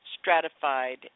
stratified